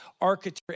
architecture